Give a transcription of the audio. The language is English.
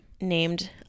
named